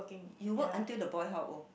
you worked until the boy how old